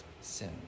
sin